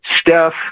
Steph